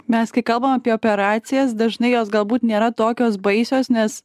mes kai kalbam apie operacijas dažnai jos galbūt nėra tokios baisios nes